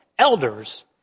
elders